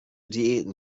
diäten